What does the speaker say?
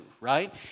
right